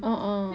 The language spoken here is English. a'ah